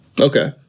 okay